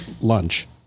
lunch